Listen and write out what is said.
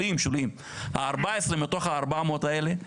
ה-14 מתוך ה-400 האלה,